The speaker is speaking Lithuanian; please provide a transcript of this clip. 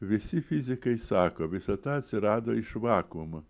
visi fizikai sako visata atsirado iš vakuumo